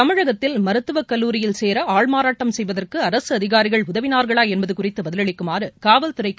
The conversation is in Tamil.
தமிழகத்தில் மருத்துவக்கல்லூரியில் சேர ஆள் மாறாட்டம் செய்வதற்கு அரசு அதிகாரிகள் உதவினார்களா என்பது குறித்து பதிலளிக்குமாறு காவல்துறைக்கு